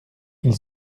ils